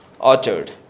orchard